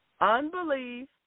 Unbelief